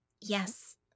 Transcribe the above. Yes